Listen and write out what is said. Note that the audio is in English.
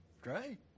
Great